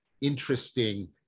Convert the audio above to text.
interesting